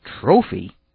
trophy